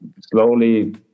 slowly